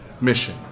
Mission